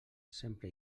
sempre